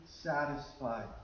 satisfied